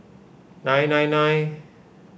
nine nine nine